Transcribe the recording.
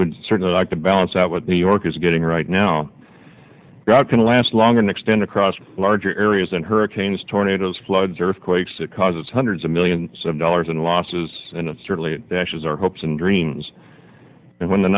would certainly like to balance out what new york is getting right now god can last longer next in across larger areas and hurricanes tornadoes floods earthquakes that causes hundreds of millions of dollars in losses and it certainly has our hopes and dreams and when the